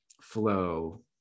flow